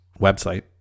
website